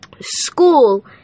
school